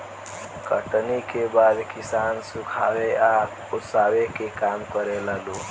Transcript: कटनी के बाद किसान सुखावे आ ओसावे के काम करेला लोग